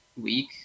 week